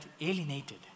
alienated